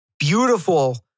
beautiful